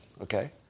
okay